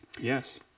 Yes